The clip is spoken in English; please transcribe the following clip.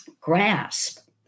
grasp